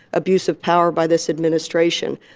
abuse of power by this administration.